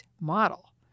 model